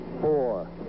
four